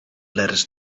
letters